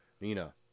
Nina